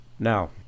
Now